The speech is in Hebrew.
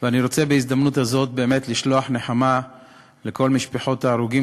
ואני רוצה בהזדמנות הזאת באמת לשלוח נחמה לכל משפחות ההרוגים